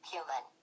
Human